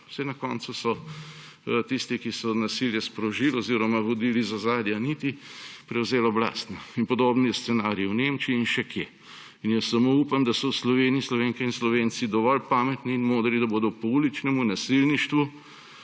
Saj na koncu so tisti, ki so nasilje sprožili oziroma vodili iz ozadja niti, prevzeli oblast. Podoben scenarij je v Nemčiji in še kje in samo upam, da so v Sloveniji Slovenke in Slovenci dovolj pametni in modri, da bodo pouličnemu nasilništvu,